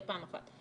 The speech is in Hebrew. זה פעם אחת.